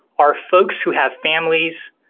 are folks who have families,